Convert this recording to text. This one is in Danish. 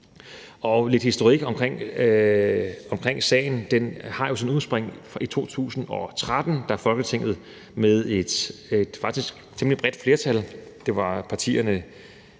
Lidt historik omkring sagen: Den har jo sit udspring i 2013, da Folketinget med et faktisk temmelig bredt flertal – det var partierne